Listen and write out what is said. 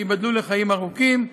שייבדלו לחיים ארוכים,